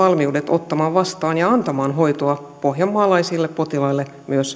ottaa vastaan ja antaa hoitoa pohjanmaalaisille potilaille